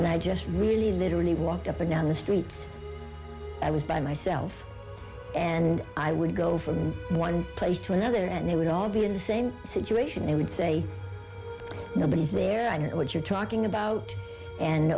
just really literally walked up and down the streets i was by myself and i would go from one place to another and they would all be in the same situation they would say nobody's there i know what you're talking about and